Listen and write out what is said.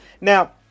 Now